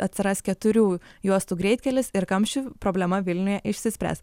atsiras keturių juostų greitkelis ir kamščių problema vilniuje išsispręs